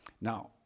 Now